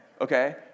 Okay